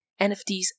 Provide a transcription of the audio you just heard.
NFTs